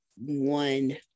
one